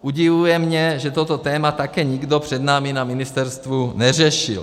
Udivuje mě, že toto téma také nikdo před námi na ministerstvu neřešil.